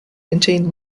contained